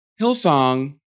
Hillsong